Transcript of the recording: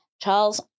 Charles